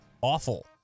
awful